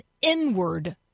inward